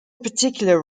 particular